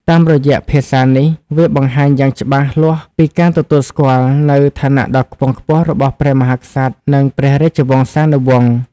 តាមរយៈភាសានេះ វាបង្ហាញយ៉ាងច្បាស់លាស់ពីការទទួលស្គាល់នូវឋានៈដ៏ខ្ពង់ខ្ពស់របស់ព្រះមហាក្សត្រ និងព្រះរាជវង្សានុវង្ស។